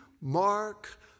mark